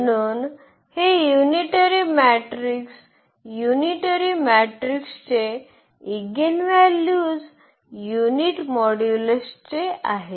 म्हणून हे unitary matrix unitary मॅट्रिक्सचे इगेनव्हल्यूज युनिट मॉड्यूलसचे आहेत